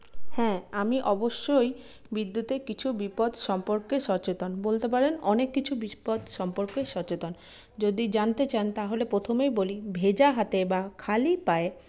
হ্যাঁ আমি অবশ্যই বিদ্যুৎ এর কিছু বিপদ সম্পর্কে সচেতন বলতে পারেন অনেক কিছু বিপদ সম্পর্কেই সচেতন যদি জানতে চান তাহলে প্রথমেই বলি ভেজা হাতে বা খালি পায়ে